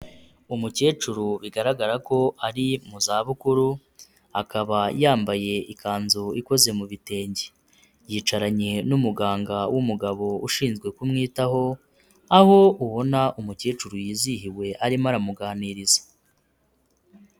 Umukecuru bigaragara ko ari mu zabukuru, akaba yambaye ikanzu ikoze mu bitenge. Yicaranye n'umuganga w'umugabo ushinzwe kumwitaho, aho ubona umukecuru yizihiwe arimo aramuganiriza.